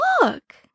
Look